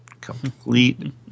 Complete